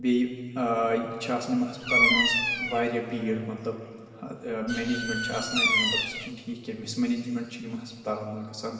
بیٚیہِ آ چھ آسان یِمن ہسپتالن منٛز واریاہ بیٖڈ مطلب منیجمِنٹ چھ آسان مطلب سُہ چُھنہٕ ٹھیٖکھ کیٚنٛہہ مِس منیجمِنٹ چھ یِمن ہسپتالن منٛز گژھان